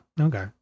okay